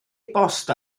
bost